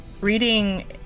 reading